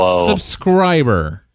subscriber